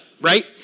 right